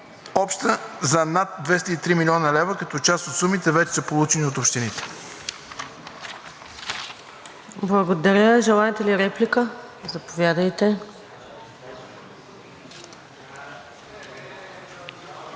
общо за над 203 млн. лв., като част от сумите вече са получени от общините.